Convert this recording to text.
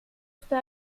está